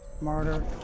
murder